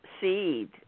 seed